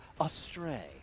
astray